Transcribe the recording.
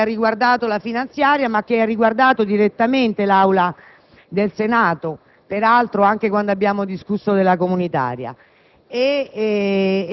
su una questione che ha riguardato la finanziaria e che ha riguardato direttamente l'Aula del Senato, peraltro, anche quando abbiamo discusso la legge comunitaria.